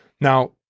Now